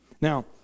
Now